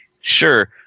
Sure